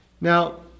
Now